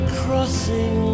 crossing